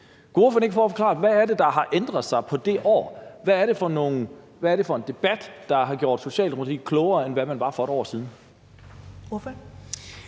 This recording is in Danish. ordføreren ikke prøve at forklare, hvad det er, der har ændret sig på det år? Hvad er det for en debat, der har gjort Socialdemokratiet klogere, end man var for et år siden?